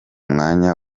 mwanya